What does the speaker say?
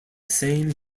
same